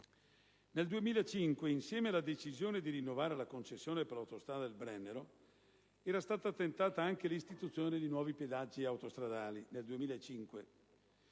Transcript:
Nel 2005, insieme alla decisione di rinnovare la concessione per l'autostrada del Brennero, era stata tentata anche l'istituzione di nuovi pedaggi autostradali.